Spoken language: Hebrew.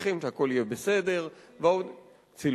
מבטיחים שהכול יהיה בסדר, וצילומים.